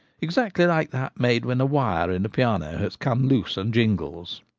exactly like that made when a wire in a piano has come loose and jingles.